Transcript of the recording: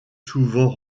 souvent